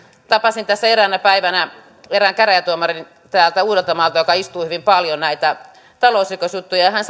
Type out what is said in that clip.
tapasin tässä eräänä päivänä erään käräjätuomarin täältä uudeltamaalta joka istuu hyvin paljon näitä talousrikosjuttuja ja hän